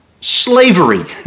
slavery